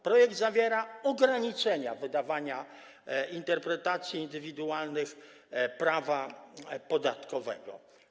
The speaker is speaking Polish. Projekt zawiera ograniczenia wydawania interpretacji indywidualnych prawa podatkowego.